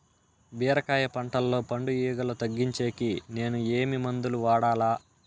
బీరకాయ పంటల్లో పండు ఈగలు తగ్గించేకి నేను ఏమి మందులు వాడాలా?